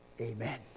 Amen